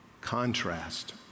contrast